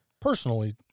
personally